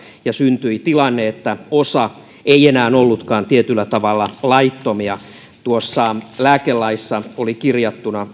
ja syntyi tilanne että osa ei enää tietyllä tavalla ollutkaan laittomia tuossa lääkelaissa oli kirjattuna